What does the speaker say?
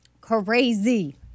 Crazy